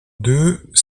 deux